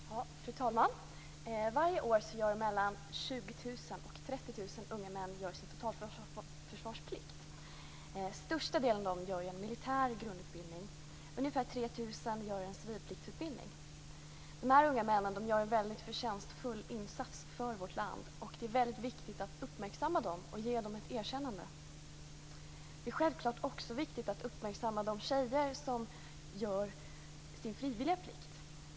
Fru talman! Varje år gör mellan 20 000 och 30 000 unga män sin totalförsvarsplikt. Den största delen av dem gör en militär grundutbildning, och ungefär 3 000 gör en civilpliktsutbildning. De här unga männen gör en väldigt förtjänstfull insats för vårt land, och det är viktigt att uppmärksamma dem och ge dem ett erkännande. Det är självklart också viktigt att uppmärksamma de tjejer som gör sin frivilliga plikt.